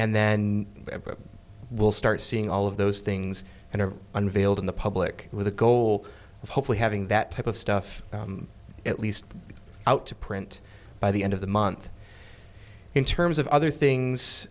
and then we'll start seeing all of those things and are unveiled in the public with the goal of hopefully having that type of stuff at least out to print by the end of the month in terms of other things